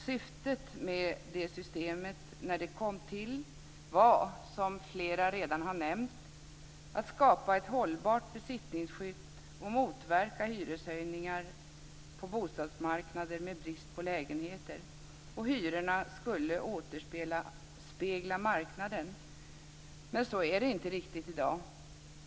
Syftet med det systemet när det kom till var, som flera redan har nämnt, att skapa ett hållbart besittningsskydd och motverka hyreshöjningar på bostadsmarknader med brist på lägenheter. Hyrorna skulle återspegla marknaden. Men så är det inte riktigt i dag.